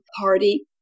party